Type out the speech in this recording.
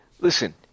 Listen